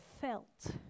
felt